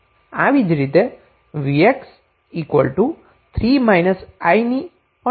આવી જ રીતે vx 3 − i ની પણ ગણતરી આપણે કરી હતી